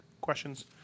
questions